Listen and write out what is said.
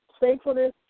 thankfulness